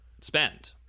spend